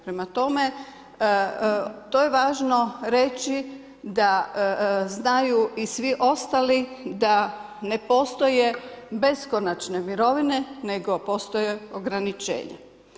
Prema tome, to je važno reći da znaju i svi ostali da ne postoje beskonačne mirovine nego postoje ograničenja.